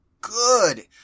good